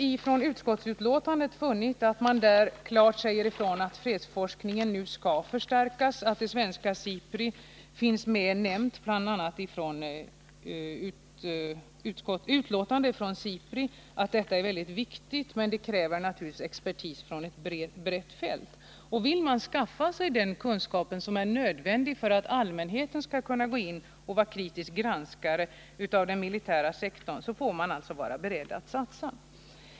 I utskottsbetänkandet har jag funnit att man där klart säger ifrån att fredsforskningen nu skall förstärkas, och i yttrandet från SIPRI sägs bl.a. att förslaget om ett svenskt SIPRI är mycket viktigt men kräver expertis från ett brett fält. Vill man skaffa sig den kunskap som är nödvändig för att allmänheten skall kunna gå in och kritiskt granska den militära sektorn, får man också vara beredd att satsa.